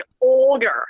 older